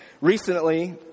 Recently